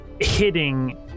hitting